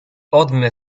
odmy